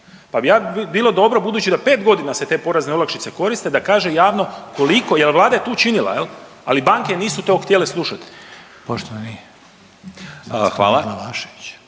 ja bi bilo dobro, budući da 5 godina se te porezne olakšice koriste, da kaže javno koliko, jer Vlada je tu učinila, ali banke nisu to htjele slušati. **Reiner,